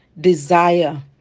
desire